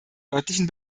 örtlichen